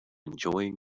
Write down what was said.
enjoying